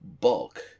bulk